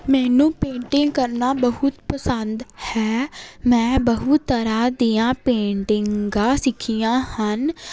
ਮੈਨੂੰ ਪੇਂਟਿੰਗ ਕਰਨਾ ਬਹੁਤ ਪਸੰਦ ਹੈ ਮੈਂ ਬਹੁਤ ਤਰ੍ਹਾਂ ਦੀਆਂ ਪੇਂਟਿੰਗਾਂ ਸਿੱਖੀਆਂ ਹਨ